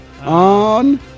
On